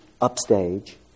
upstage